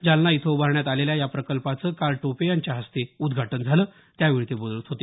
जालना इथं उभारण्यात आलेल्या या प्रकल्पाचं काल टोपे यांच्या हस्ते उद्घाटन झालं त्यावेळी ते बोलत होते